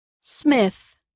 Smith